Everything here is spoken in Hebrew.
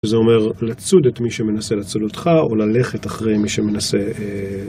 זה אומר לצוד את מי שמנסה לצוד אותך, או ללכת אחרי מי שמנסה...